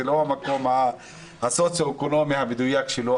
זה לא המקום הסוציואקונומי המדויק שלו,